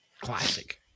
classic